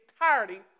entirety